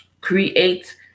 create